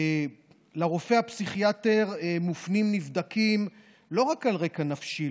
לרופא הפסיכיאטר מופנים נבדקים לא רק על רקע נפשי,